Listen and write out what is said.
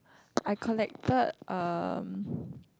I collected uh